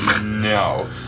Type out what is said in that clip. No